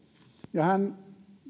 ja hän